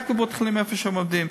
רק בבית-החולים שבו הם עובדים,